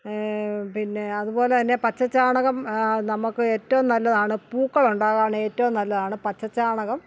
പിന്നെ അതുപോലെതന്നെ പച്ചച്ചാണകം നമുക്ക് ഏറ്റവും നല്ലതാണ് പൂക്കൾ ഉണ്ടാകാൻ ഏറ്റവും നല്ലതാണ് പച്ചച്ചാണകം